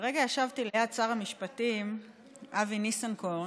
כרגע ישבתי ליד שר המשפטים אבי ניסנקורן.